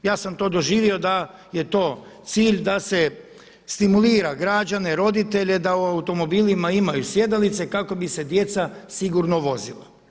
Ja sam to doživio da je to cilj da se stimulira građane, roditelje da u automobilima imaju sjedalice kako bi se djeca sigurno vozila.